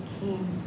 king